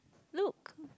look